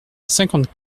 cinquante